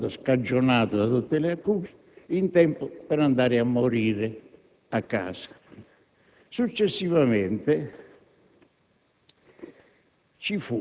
essendo stato scagionato da tutte le accuse, in tempo per andare a morire a casa. Successivamente